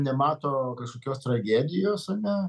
nemato kažkokios tragedijos ane